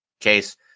case